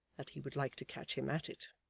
that he would like to catch him at it.